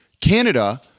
Canada